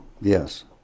Yes